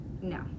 No